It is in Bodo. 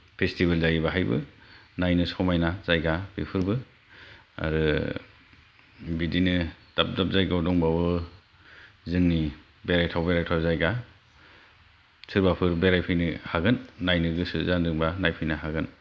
फेस्टिभेल जायो बेहायबो नायनो समायना जायगा बेफोरबो आरो बिदिनो दाब दाब जायगायाव दंबावो जोंनि बेरायथाव बेरायथाव जायगा सोरबाफोर बेरायफैनो हागोन नायनो गोसो जादोंब्ला नायफैनो हागोन